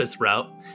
route